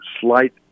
slight